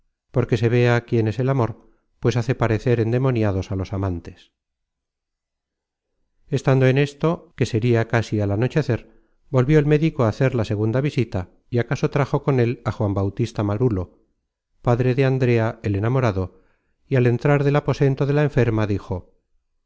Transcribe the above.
porque se vea quién es el amor pues hace parecer endemoniados á los amantes estando en esto que sería casi al anochecer volvió el médico á hacer la segunda visita y acaso trajo con él á juan bautista marulo padre de andrea el enamorado y al entrar del aposento de la enferma dijo